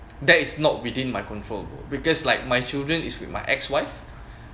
that is not within my control because like my children is with my ex-wife